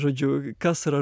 žodžiu kas yra